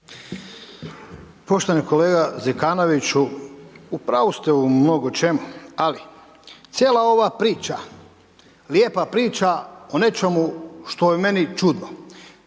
Poštovani kolega Zekanoviću, u pravu ste u mnogo čemu ali cijela ova priča, lijepa priča o nečemu što je meni čudno